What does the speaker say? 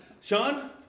Sean